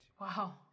wow